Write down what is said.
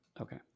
Okay